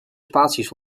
spaties